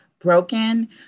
broken